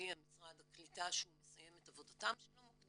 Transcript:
הודיע משרד הקליטה שהוא מסיים את עבודתם של המוקדים,